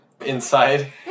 inside